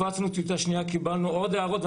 הפצנו טיוטה שניה שעליה קיבלנו עוד הערות.